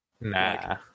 Nah